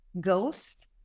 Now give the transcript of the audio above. ghost